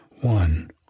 One